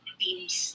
teams